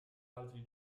altri